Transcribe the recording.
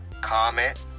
Comment